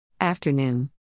Afternoon